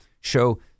show